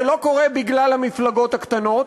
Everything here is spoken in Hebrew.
זה לא קורה בגלל המפלגות הקטנות,